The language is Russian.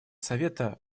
совета